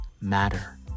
matter